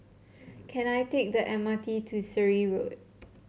can I take the M R T to Surrey Road